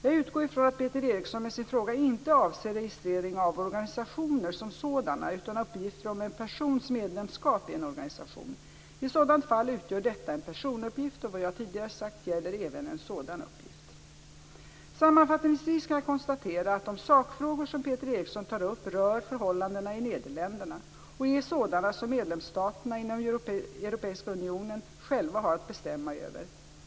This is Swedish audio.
Jag utgår ifrån att Peter Eriksson med sin fråga inte avser registrering av organisationer som sådana utan uppgifter om en persons medlemskap i en organisation. I sådant fall utgör detta en personuppgift och vad jag tidigare sagt gäller även en sådan uppgift. Sammanfattningsvis kan jag konstatera att de sakfrågor som Peter Eriksson tar upp rör förhållandena i Nederländerna och är sådana som medlemsstaterna inom Europeiska unionen själva har att bestämma över.